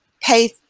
pay